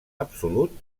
absolut